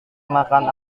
makan